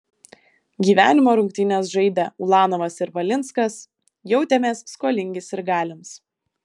gyvenimo rungtynes žaidę ulanovas ir valinskas jautėmės skolingi sirgaliams